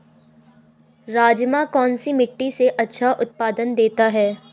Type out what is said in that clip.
राजमा कौन सी मिट्टी में अच्छा उत्पादन देता है?